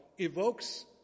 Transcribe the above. evokes